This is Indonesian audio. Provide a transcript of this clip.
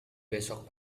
besok